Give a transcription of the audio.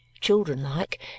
children-like